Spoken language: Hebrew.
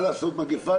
מה לעשות,